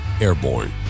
Airborne